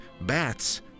Bats